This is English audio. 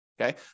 Okay